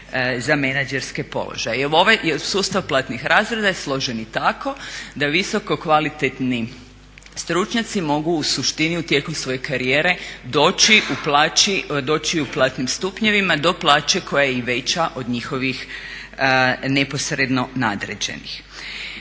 za menadžerske položaje. Jer ovaj sustav platnih razreda je složen i tako da visoko kvalitetni stručnjaci mogu u suštini tijekom svoje karijere doći u platnim stupnjevima do plaće koja je i veća od njihovih neposredno nadređenih.